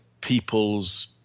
people's